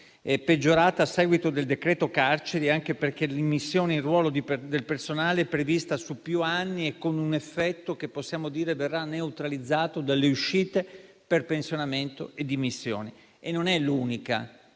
è peggiorata a seguito del decreto carceri, anche perché l'immissione in ruolo del personale è prevista su più anni e con un effetto che possiamo dire verrà neutralizzato dalle uscite per pensionamento e dimissioni. E non è l'unica